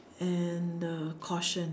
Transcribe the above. and uh caution